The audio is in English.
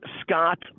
Scott